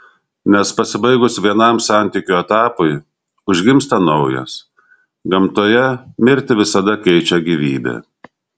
nes pasibaigus vienam santykių etapui užgimsta naujas gamtoje mirtį visada keičia gyvybė